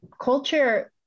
Culture